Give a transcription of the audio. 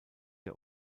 der